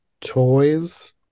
Toys